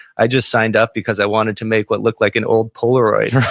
i just signed up because i wanted to make what looked like an old polaroid.